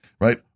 right